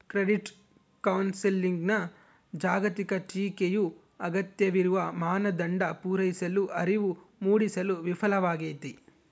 credit ಕೌನ್ಸೆಲಿಂಗ್ನ ಜಾಗತಿಕ ಟೀಕೆಯು ಅಗತ್ಯವಿರುವ ಮಾನದಂಡ ಪೂರೈಸಲು ಅರಿವು ಮೂಡಿಸಲು ವಿಫಲವಾಗೈತಿ